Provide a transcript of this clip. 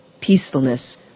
peacefulness